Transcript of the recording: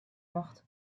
mocht